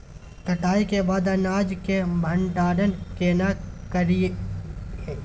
कटाई के बाद अनाज के भंडारण केना करियै?